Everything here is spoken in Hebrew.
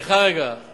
איך הם ידעו על ביטול?